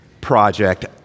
Project